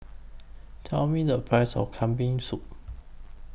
Tell Me The Price of Kambing Soup